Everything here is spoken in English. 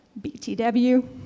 BTW